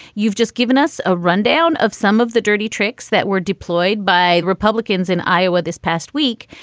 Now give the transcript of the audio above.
you've just given us a rundown of some of the dirty tricks that were deployed by republicans in iowa this past week.